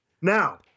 Now